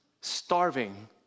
starving